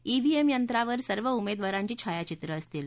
EVM यंत्रावर सर्व उमेदवारांची छायाचित्रं असतील